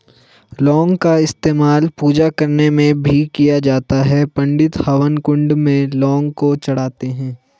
लौंग का इस्तेमाल पूजा करने में भी किया जाता है पंडित हवन कुंड में लौंग को चढ़ाते हैं